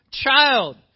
Child